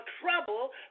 trouble